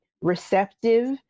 receptive